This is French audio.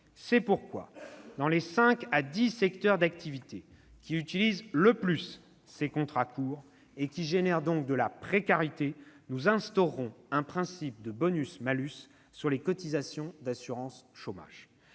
C'est pourquoi, dans les cinq à dix secteurs d'activité qui utilisent le plus ces contrats et qui génèrent de la précarité, nous instaurerons un principe de bonus-malus sur les cotisations d'assurance chômage.